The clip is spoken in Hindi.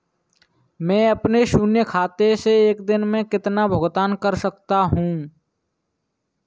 मैं अपने शून्य खाते से एक दिन में कितना भुगतान कर सकता हूँ?